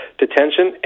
detention